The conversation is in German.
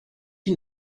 die